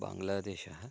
बाङ्ग्लादेशः